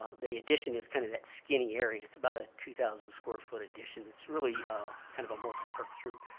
the addition is kind of that skinny area. it's about a two thousand square foot addition. it's really ah kind of a multipurpose room.